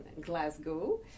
Glasgow